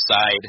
side